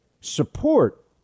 support